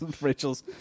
Rachel's